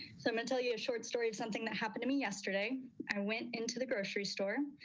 so i'm gonna tell you a short story of something that happened to me yesterday i went into the grocery store.